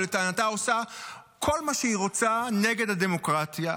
שלטענתה עושה כל מה שהיא רוצה נגד הדמוקרטיה,